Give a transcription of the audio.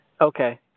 Okay